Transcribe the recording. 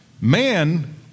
Man